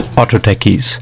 Autotechies